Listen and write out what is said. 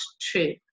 true